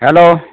hello